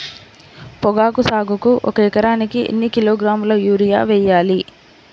పొగాకు సాగుకు ఒక ఎకరానికి ఎన్ని కిలోగ్రాముల యూరియా వేయాలి?